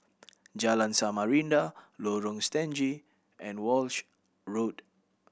Jalan Samarinda Lorong Stangee and Walshe Road